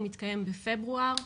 הוא מתקיים בפברואר,